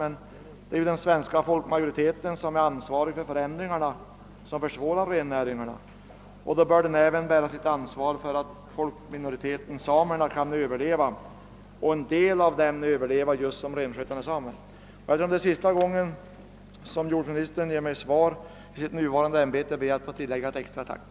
Det är emellertid den svenska folkmajoriteten som är ansvarig för de förändringar som försvårar rennäringen, och då bör den även bära sitt ansvar för att folkminoriteten samerna skall kunna överleva — en del av dem just som renskötare. Eftersom det är sista gången som jordbruksminister Holmqvist ger mig svar i sitt nuvarande ämbete ber jag att få tillägga ett extra tack.